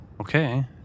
Okay